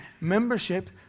membership